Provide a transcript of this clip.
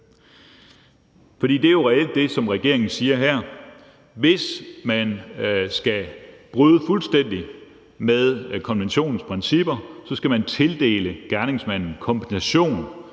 For det er jo reelt det, som regeringen siger her. Hvis man skal bryde fuldstændig med konventionens principper, skal man tildele gerningsmanden kompensation,